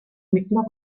mittlere